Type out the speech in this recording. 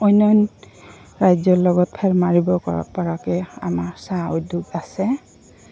অন্য ৰাজ্যৰ লগত ফেৰ মাৰিব পৰাকৈ আমাৰ চাহ উদ্যোগ আছে